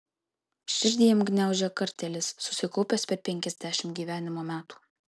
širdį jam gniaužė kartėlis susikaupęs per penkiasdešimt gyvenimo metų